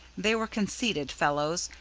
they were conceited fellows,